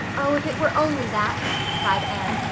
oh, if it were only that, sighed anne.